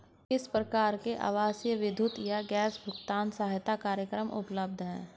किस प्रकार के आवासीय विद्युत या गैस भुगतान सहायता कार्यक्रम उपलब्ध हैं?